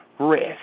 Rest